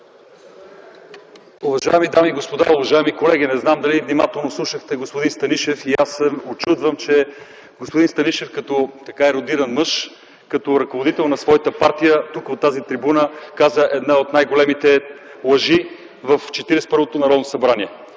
Уважаеми дами и господа, уважаеми колеги! Не знам дали внимателно слушахте господин Станишев. Учудвам се, че господин Станишев като ерудиран мъж, като ръководител на своята партия, тук от тази трибуна каза една от най-големите лъжи в 41-то Народно събрание.